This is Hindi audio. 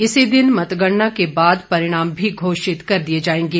इसी दिन मतगणना के बाद परिणाम भी घोषित कर दिए जाएंगे